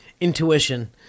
intuition